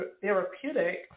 therapeutic